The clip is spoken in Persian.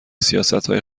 سیاستهای